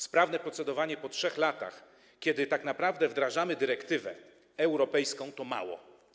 Sprawne procedowanie po 3 latach, kiedy tak naprawdę wdrażamy dyrektywę europejską, to mało.